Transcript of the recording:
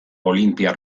olinpiar